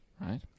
right